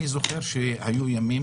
אני זוכר שהיו ימים